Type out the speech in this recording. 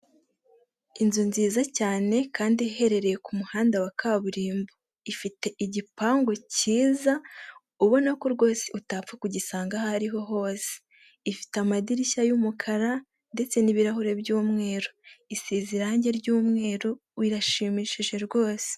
Inzu nziza cyane kandi iherereye ku muhanda wa kaburimbo, ifite igipangu cyiza ubona ko rwose utapfa kugisanga aho ariho hose, ifite amadirishya y'umukara ndetse n'ibirahure by'umweru, isize irangi ry'umweru irashimishije rwose.